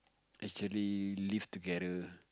actually live together